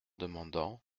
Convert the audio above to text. demandant